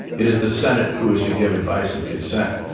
it is the senate who is to give advice and consent.